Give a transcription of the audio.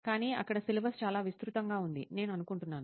కానీ ఇక్కడ సిలబస్ చాలా విస్తృతంగా ఉందని నేను అనుకుంటున్నాను